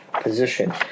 position